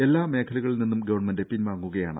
എല്ലാ മേഖലകളിൽ നിന്നും ഗവൺമെന്റ് പിൻവാങ്ങുകയാണ്